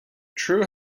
true